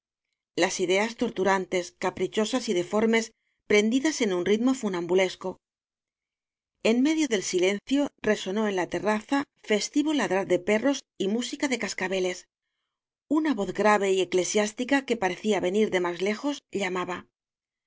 las deas torturantes caprichosas y deformes prendidas en un ritmo funambulesco en medio del silencio resonó en la terraza fes tivo ladrar de perros y música de cascabeles una voz grave y eclesiástica que parecía venir de más lejos llamaba